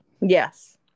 yes